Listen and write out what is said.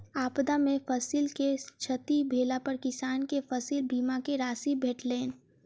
आपदा में फसिल के क्षति भेला पर किसान के फसिल बीमा के राशि भेटलैन